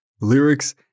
lyrics